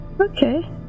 Okay